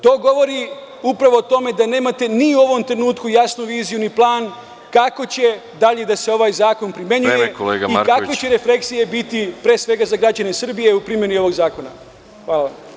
To govori upravo o tome da u ovom trenutku nemate jasnu viziju i plan kako će dalje da se ovaj zakon primenjuje i kakve će refleksije biti za građane Srbije u primeni ovog zakona. hvala.